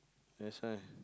that's why